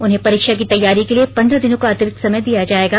उन्हें परीक्षा की तैयारी के लिए पंद्रह दिनों का अतिरिक्त समय दिया जायेगा